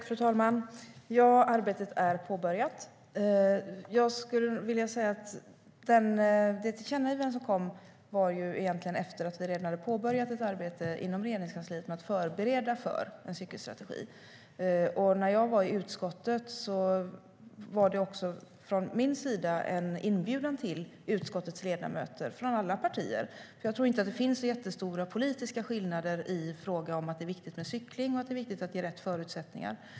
Fru talman! Arbetet är påbörjat. Det tillkännagivande som kom skedde egentligen efter att vi redan hade påbörjat ett arbete inom Regeringskansliet med att förbereda för en cykelstrategi. När jag var i utskottet var det också från min sida en inbjudan till utskottets ledamöter från alla partier. Jag tror inte att det finns så stora politiska skillnader när det gäller att det är viktigt med cykling och att ge rätt förutsättningar.